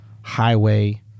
Highway